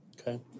Okay